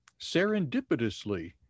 serendipitously